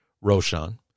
Roshan